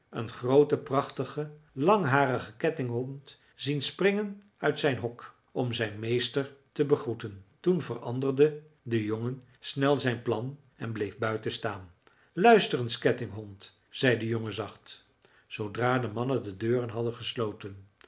een grooten prachtigen langharigen kettinghond zien springen uit zijn hok om zijn meester te begroeten toen veranderde de jongen snel zijn plan en bleef buiten staan luister eens kettinghond zei de jongen zacht zoodra de mannen de deuren hadden gesloten